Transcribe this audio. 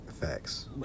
Facts